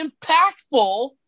impactful